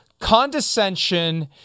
condescension